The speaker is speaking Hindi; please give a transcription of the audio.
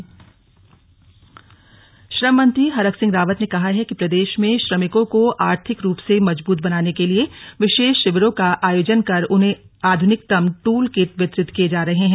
स्लग समारोह हल्दवानी श्रम मंत्री हरक सिंह रावत ने कहा है कि प्रदेश में श्रमिकों को आर्थिक रूप से मजबूत बनाने के लिए विशेष शिविरों का आयोजन कर उन्हें आधुनिकतम टूल किट वितरित किये जा रहे हैं